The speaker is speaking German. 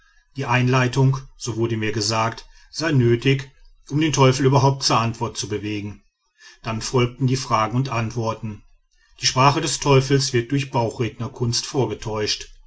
die einleitung so wurde mir gesagt sei nötig um den teufel überhaupt zur antwort zu bewegen dann folgen die fragen und antworten die sprache des teufels wird durch bauchrednerkunst vorgetäuscht